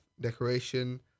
Decoration